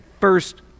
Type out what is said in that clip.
first